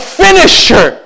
finisher